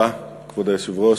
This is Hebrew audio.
אדוני היושב-ראש,